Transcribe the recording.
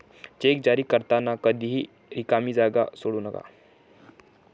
check जारी करताना कधीही रिकामी जागा सोडू नका